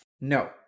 No